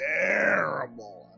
terrible